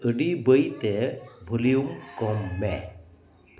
ᱟᱹᱰᱤ ᱵᱟᱹᱭᱛᱮ ᱵᱷᱚᱞᱤᱭᱚᱢ ᱠᱚᱢ ᱢᱮ